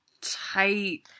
tight